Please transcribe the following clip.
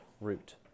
root